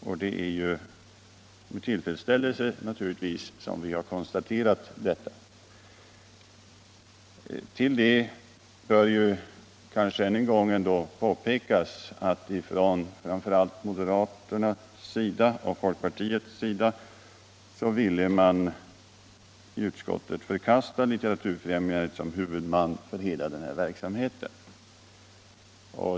Vi noterar detta med tillfredsställelse. Härtill bör kanske än en gång påpekas att framför allt moderaterna och folkpartisterna i utskottet ville förkasta Litteraturfrämjandet såsom huvudman för hela denna verksamhet.